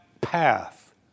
path